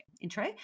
intro